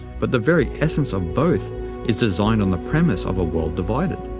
but the very essence of both is designed on the premise of a world divided.